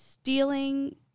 Stealing